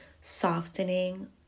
softening